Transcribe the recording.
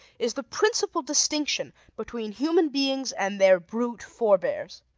is the principal distinction between human beings and their brute forbears.